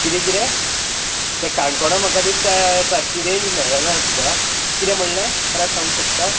किदें किदें तें काणकोणा म्हाका दिसता सारकी रेंज मेळना तुका किदें म्हणलें परत सांगू शकता